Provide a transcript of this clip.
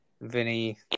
Vinny